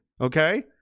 Okay